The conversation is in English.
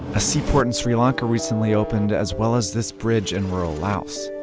a sea port in sri lanka recently opened. as well as this bridge in rural laos.